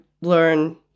learn